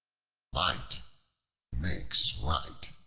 might makes right.